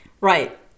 Right